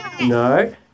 No